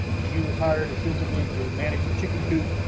she was hired ostensibly to manage the chicken coop,